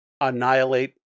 annihilate